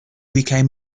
became